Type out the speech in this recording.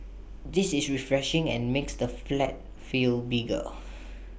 this is refreshing and makes the flat feel bigger